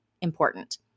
important